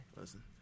Listen